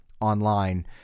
online